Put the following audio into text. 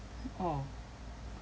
orh